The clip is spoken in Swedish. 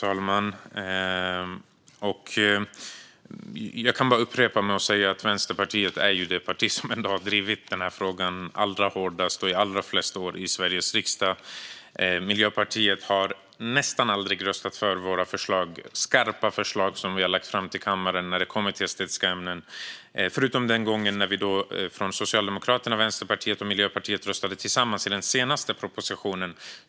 Herr talman! Jag kan bara upprepa mig och säga att Vänsterpartiet ändå är det parti som har drivit den här frågan allra hårdast och under flest år i Sveriges riksdag. Miljöpartiet har nästan aldrig röstat för våra skarpa förslag som vi har lagt fram till kammaren när det kommer till estetiska ämnen, förutom den gången då Socialdemokraterna, Vänsterpartiet och Miljöpartiet röstade tillsammans om den senaste propositionen.